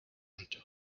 and